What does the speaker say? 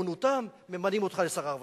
בגאונותם ממנים אותך לשר הרווחה.